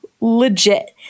legit